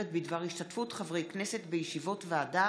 בדבר השתתפות חברי כנסת בישיבות ועדה